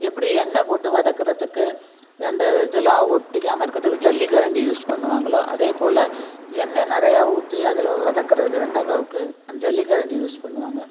எப்படி எண்ணெய் போட்டு வதக்குறதுக்கு அந்த இதெலாம் ஒட்டிக்காமல் இருக்குறதுக்கு ஜல்லிக்கரண்டி யூஸ் பண்ணுவாங்களோ அதேப்போல் எண்ணெய் நிறையா ஊற்றி அதில் வதக்குறது வெண்டைக்காவுக்கு அந்த ஜல்லிக்கரண்டி யூஸ் பண்ணுவாங்க